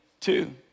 Two